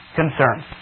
concerns